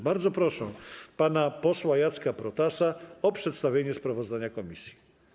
Bardzo proszę pana posła Jacka Protasa o przedstawienie sprawozdania komisji.